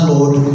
Lord